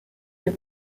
wir